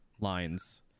lines